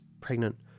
pregnant